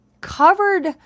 covered